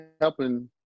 helping –